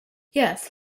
yes